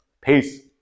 peace